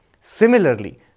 Similarly